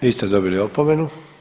Vi ste dobili opomenu.